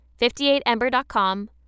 58Ember.com